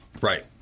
Right